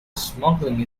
smuggling